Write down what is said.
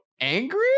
angry